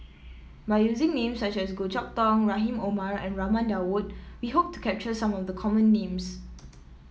by using names such as Goh Chok Tong Rahim Omar and Raman Daud we hope to capture some of the common names